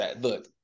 look